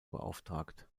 beauftragt